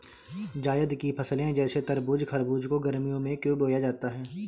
जायद की फसले जैसे तरबूज़ खरबूज को गर्मियों में क्यो बोया जाता है?